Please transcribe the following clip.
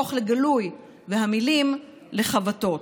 יהפוך לגלוי והמילים, לחבטות.